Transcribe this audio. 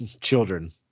children